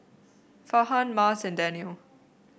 Farhan Mas and Danial